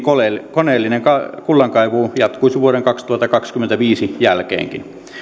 koneellinen kullankaivuu jatkuisi vuoden kaksituhattakaksikymmentäviisi jälkeenkin